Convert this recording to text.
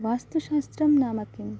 वास्तुशास्त्रं नाम किम्